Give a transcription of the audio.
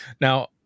Now